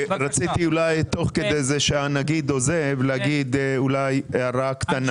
תוך כדי זה שהנגיד עוזב רציתי להגיד הערה קטנה.